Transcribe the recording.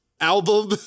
album